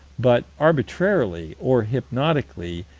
but arbitrarily, or hypnotically,